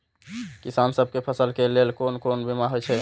किसान सब के फसल के लेल कोन कोन बीमा हे छे?